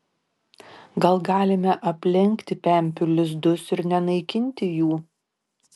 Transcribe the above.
gal galime aplenkti pempių lizdus ir nenaikinti jų